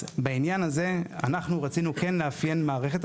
אז בעניין הזה, אנחנו רצינו כן לאפיין מערכת.